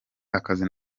akazi